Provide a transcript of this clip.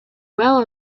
well